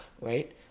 right